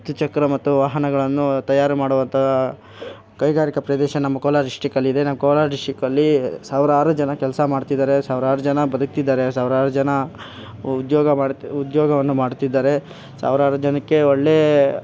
ದ್ವಿಚಕ್ರ ಮತ್ತು ವಾಹನಗಳನ್ನು ತಯಾರು ಮಾಡುವಂತಹ ಕೈಗಾರಿಕ ಪ್ರದೇಶ ನಮ್ಮ ಕೋಲಾರ ಡಿಶ್ಟಿಕ್ಕಲ್ಲಿ ಇದೆ ನಮ್ಮ ಕೋಲಾರ ಡಿಶ್ಟಿಕಲ್ಲಿ ಸಾವಿರಾರು ಜನ ಕೆಲಸ ಮಾಡ್ತಿದ್ದಾರೆ ಸಾವ್ರಾರು ಜನ ಬದುಕ್ತಿದ್ದಾರೆ ಸಾವ್ರಾರು ಜನ ಉದ್ಯೋಗ ಮಾಡ್ತಿ ಉದ್ಯೋಗವನ್ನು ಮಾಡ್ತಿದ್ದಾರೆ ಸಾವಿರಾರು ಜನಕ್ಕೆ ಒಳ್ಳೆ